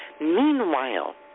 Meanwhile